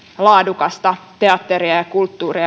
laadukasta teatteria ja ja kulttuuria